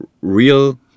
real